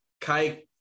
Kai